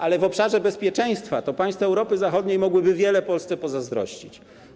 Ale w obszarze bezpieczeństwa to państwa Europy Zachodniej mogłyby dużo Polsce pozazdrościć.